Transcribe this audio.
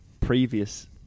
previous